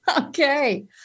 Okay